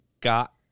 got